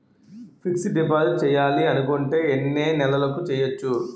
Fixed deposit చేయాలి అనుకుంటే ఎన్నే నెలలకు చేయొచ్చు?